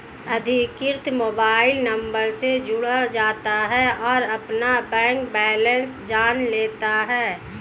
अधिकृत mobile number से जुड़ जाता है और अपना बैंक बेलेंस जान लेता है